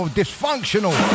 dysfunctional